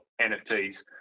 nfts